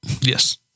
Yes